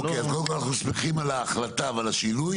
אוקיי אז קודם כל אנחנו שמחים על ההחלטה ועל השינוי,